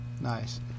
nice